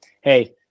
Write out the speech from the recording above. hey